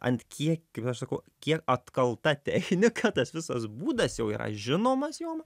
ant kiek kaip aš sakau kie atkalta technika tas visas būdas jau yra žinomas jom